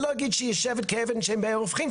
אני לא אגיד שהיא יושבת כאבן שאין לה הופכין,